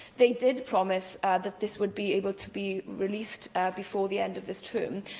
they did promise that this would be able to be released before the end of this term.